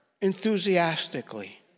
enthusiastically